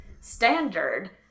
standard